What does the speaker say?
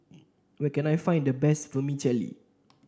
where can I find the best Vermicelli